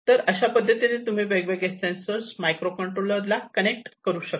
तर अशा पद्धतीने तुम्ही वेगवेगळे सेन्सर्स मायक्रो कंट्रोलर ला कनेक्ट करू शकता